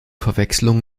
verwechslung